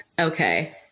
okay